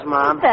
Mom